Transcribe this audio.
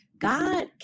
God